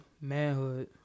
manhood